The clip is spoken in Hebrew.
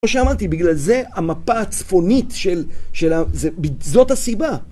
כמו שאמרתי, בגלל זה המפה הצפונית של... זאת הסיבה.